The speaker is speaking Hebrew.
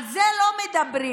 על זה לא מדברים.